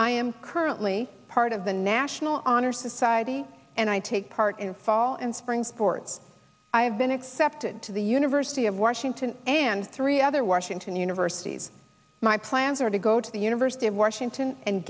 i am currently part of the national honor society and i take part in fall and spring sports i have been accepted to the university of washington and three other washington universities my plans are to go to the university of washington and